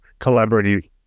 collaborative